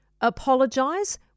apologise